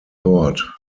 court